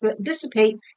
dissipate